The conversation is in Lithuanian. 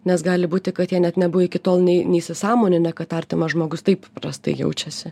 nes gali būti kad jie net nebuvo iki tol nei neįsisąmoninę kad artimas žmogus taip prastai jaučiasi